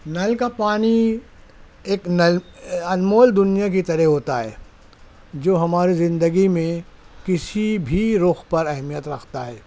نل كا پانی ایک نل انمول دُنیا كی طرح ہوتا ہے جو ہماری زندگی میں كسی بھی رُخ پر اہمیت ركھتا ہے